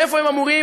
מאיפה הם אמורים,